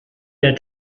der